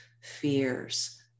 fears